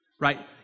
right